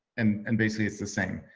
and and basically, it's the same.